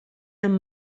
amb